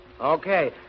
Okay